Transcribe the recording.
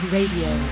Radio